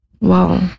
wow